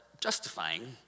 justifying